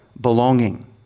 belonging